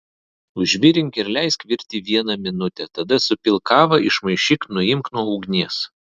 užvirink ir leisk virti vieną minutę tada supilk kavą išmaišyk nuimk nuo ugnies